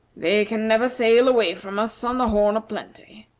they can never sail away from us on the horn o plenty